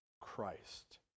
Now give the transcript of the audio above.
Christ